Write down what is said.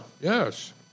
Yes